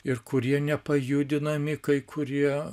ir kurie nepajudinami kai kurie